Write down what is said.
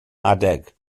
adeg